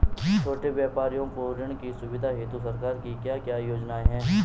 छोटे व्यापारियों को ऋण की सुविधा हेतु सरकार की क्या क्या योजनाएँ हैं?